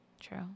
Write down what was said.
True